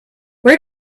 where